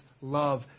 love